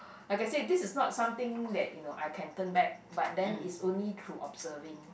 like I said this is not something that you know I can turn back but then it's only through observing